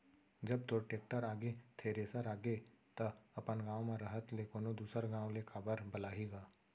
जब तोर टेक्टर आगे, थेरेसर आगे त अपन गॉंव म रहत ले कोनों दूसर गॉंव ले काबर बलाही गा?